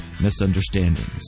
misunderstandings